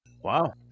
Wow